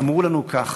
אמרו לנו ככה: